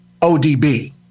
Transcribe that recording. ODB